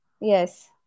Yes